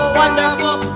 wonderful